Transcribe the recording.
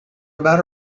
about